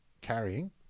carrying